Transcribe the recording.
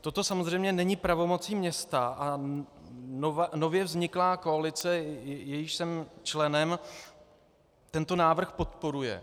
Toto samozřejmě není pravomocí města, a nově vzniklá koalice, jejíž jsem členem, tento návrh podporuje.